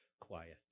quiet